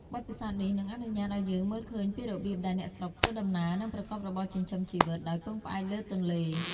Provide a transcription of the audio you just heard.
បទពិសោធន៍នេះនឹងអនុញ្ញាតឱ្យយើងមើលឃើញពីរបៀបដែលអ្នកស្រុកធ្វើដំណើរ និងប្រកបរបរចិញ្ចឹមជីវិតដោយពឹងផ្អែកលើទន្លេ។